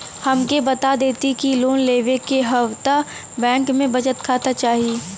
हमके बता देती की लोन लेवे के हव त बैंक में बचत खाता चाही?